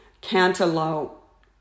Cantaloupe